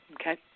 Okay